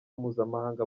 mpuzamahanga